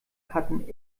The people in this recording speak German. hatten